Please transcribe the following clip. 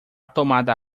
tomada